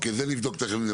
את זה תכף נבדוק.